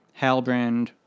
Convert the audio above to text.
Halbrand